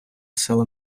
села